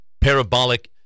parabolic